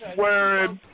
wearing